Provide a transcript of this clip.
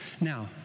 Now